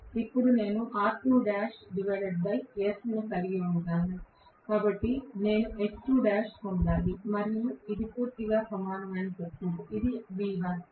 ఇప్పుడు నేను కలిగి ఉన్నాను మరియు నేను పొందాలి మరియు ఇది పూర్తిగా సమానమైన సర్క్యూట్ ఇది V1